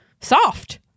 soft